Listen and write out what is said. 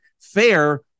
Fair